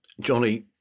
Johnny